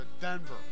Denver